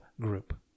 group